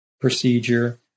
procedure